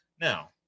Now